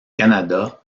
canada